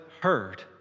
heard